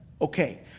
Okay